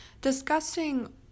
discussing